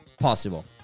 possible